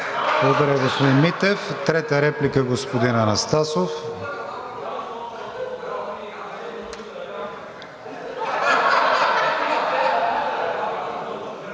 Благодаря, господин Митев. Трета реплика – господин Анастасов.